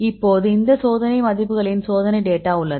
இப்போது இந்த சோதனை மதிப்புகளின் சோதனை டேட்டா உள்ளது